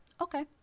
Okay